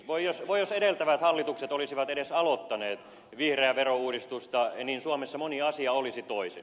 voi jos edeltävät hallitukset olisivat edes aloittaneet vihreää verouudistusta niin suomessa moni asia olisi toisin